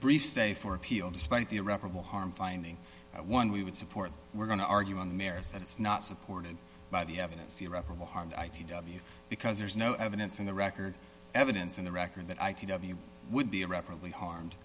briefs say for appeal despite the irreparable harm finding one we would support we're going to argue on mares that it's not supported by the evidence irreparable harm i t w because there's no evidence in the record evidence in the record that i would be irreparably harmed